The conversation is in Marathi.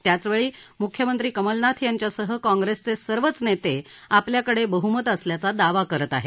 त्याचवेळी मुख्यमंत्री कमलनाथ यांच्यासह काँग्रेसचे सर्वच नेते आमच्याकडे बहुमत असल्याचा दावा करत आहेत